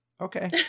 okay